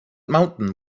mountain